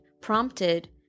prompted